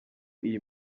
iyo